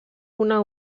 una